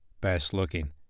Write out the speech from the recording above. best-looking